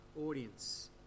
audience